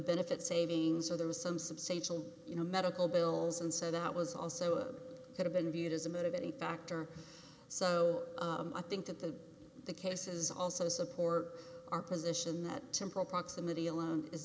benefit savings or there was some substantial you know medical bills and so that was also could have been viewed as a motivating factor so i think that the cases also support our position that temporal proximity alone is